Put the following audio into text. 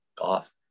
off